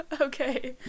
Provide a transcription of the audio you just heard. okay